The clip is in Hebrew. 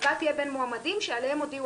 ההצבעה תהיה בין מועמדים שעליהם הודיעו